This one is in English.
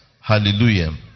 Hallelujah